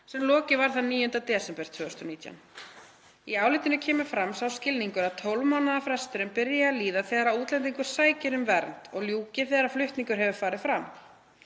sem lokið var þann 9. desember 2019. Í álitinu kemur fram sá skilningur að 12 mánaða fresturinn byrji að líða þegar útlendingur sækir um vernd og ljúki þegar flutningur hefur farið fram.